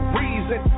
reason